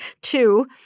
two